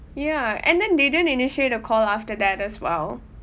ya and then they didn't initiate a call after that as well